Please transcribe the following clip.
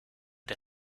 der